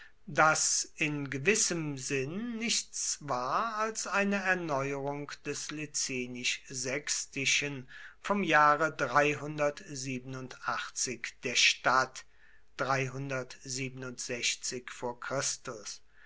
das in gewissem sinn nichts war als eine erneuerung des licinisch sextischen vom jahre der stadt